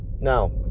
now